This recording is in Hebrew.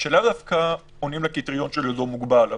שלאו דווקא עונים לקריטריון של אזור מוגבל.